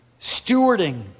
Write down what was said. stewarding